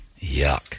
Yuck